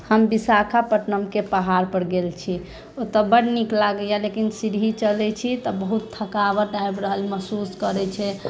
हम विशाखापत्तनमके पहाड़पर गेल छी ओतऽ बड्ड नीक लागैए लेकिन सीढ़ी चढ़ै छी तऽ बहुत थकावट आबि रहल महसूस करै छै